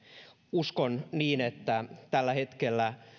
uskon niin että tällä hetkellä